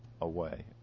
away